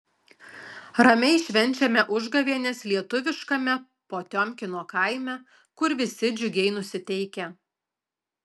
ramiai švenčiame užgavėnes lietuviškame potiomkino kaime kur visi džiugiai nusiteikę